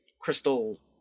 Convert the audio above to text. crystal